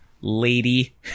lady